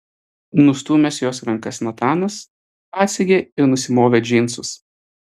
nustūmęs jos rankas natanas atsegė ir nusimovė džinsus